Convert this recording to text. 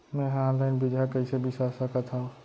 मे हा अनलाइन बीजहा कईसे बीसा सकत हाव